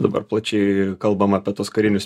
dabar plačiai kalbam apie tuos karinius